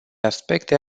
aspecte